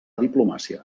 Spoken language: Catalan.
diplomàcia